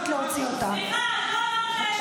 גרמתם לכל המדינה לשנוא האחד את השני.